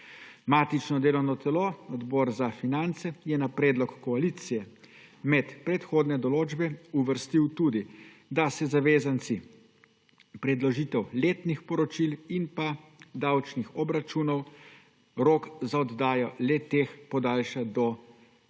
Matično delovno telo Odbor za finance je na predlog koalicije med predhodne določbe uvrstil tudi, da se zavezancem predložitev letnih poročil in davčnih obračunov rok za oddajo le-teh podaljša do 30.